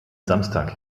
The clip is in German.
samstag